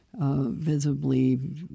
Visibly